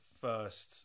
first